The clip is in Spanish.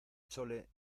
chole